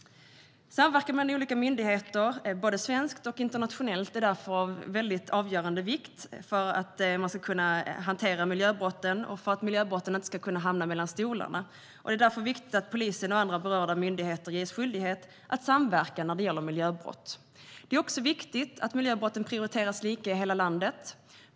Samverkan mellan olika myndigheter, både i Sverige och internationellt, är av avgörande vikt för att kunna hantera miljöbrotten och för att dessa inte ska hamna mellan stolarna. Det är därför viktigt att polisen och andra berörda myndigheter ges skyldighet att samverka när det gäller miljöbrott. Det är också viktigt att miljöbrotten prioriteras lika i hela landet.